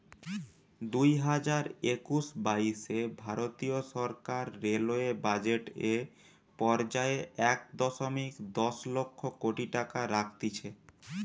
দুইহাজার একুশ বাইশে ভারতীয় সরকার রেলওয়ে বাজেট এ পর্যায়ে এক দশমিক দশ লক্ষ কোটি টাকা রাখতিছে